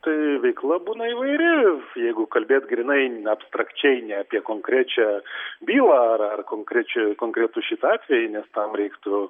tai veikla būna įvairi jeigu kalbėt grynai abstrakčiai ne apie konkrečią bylą ar ar konkrečiu konkretų šitą atvejį nes tam reiktų